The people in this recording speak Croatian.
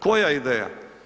Koja ideja?